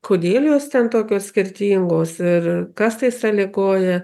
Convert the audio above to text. kodėl jos ten tokios skirtingos ir kas tai sąlygoja